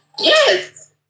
Yes